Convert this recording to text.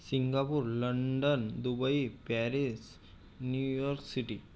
Singapore London Dubai Paris New York city